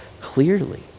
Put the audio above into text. Clearly